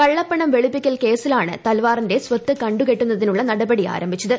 കള്ളപ്പണം വെളുപ്പിക്കൽ കേസിലാണ് തൽവാറിന്റെ സ്വത്ത് കണ്ടുകെട്ടുന്നതിനുള്ള നടപടി ആരംഭിച്ചത്